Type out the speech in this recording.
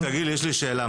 יש לי שאלה,